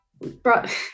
brought